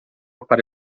para